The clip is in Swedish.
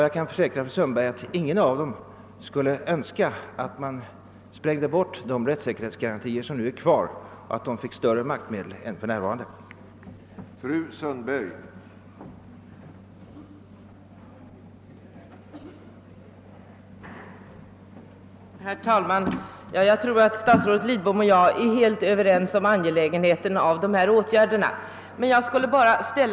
Jag kan försäkra fru Sundberg att ingen av dem skulle önska att man sprängde bort de rättssäkerhetsgarantier som nu finns kvar och att de fick större maktmedel än man för närvarande har.